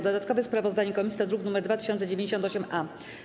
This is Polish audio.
Dodatkowe sprawozdanie komisji to druk nr 2098-A.